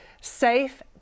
safe